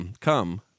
come